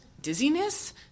dizziness